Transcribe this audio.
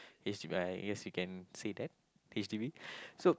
h_d_b I guess you can say that h_d_b so